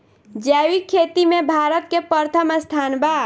जैविक खेती में भारत के प्रथम स्थान बा